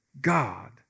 God